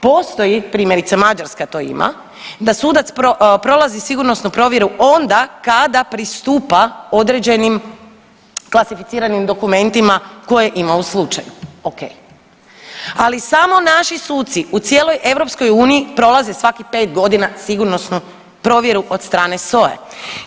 Postoji primjerice Mađarska to ima, da sudac prolazi sigurnosnu provjeru onda kada pristupa određenim klasificiranim dokumentima koje ima u slučaju, ok, ali samo naši suci u cijeloj EU prolaze svakih 5 godina sigurnosnu provjeru od strane SOA-e.